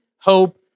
hope